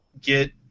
get